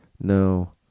no